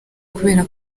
kubera